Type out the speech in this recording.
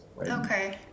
Okay